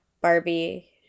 Barbie